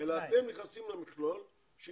אלא אתם נכנסים למכלול -- אנחנו עדיין בתנאי.